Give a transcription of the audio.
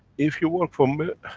if you work for mi.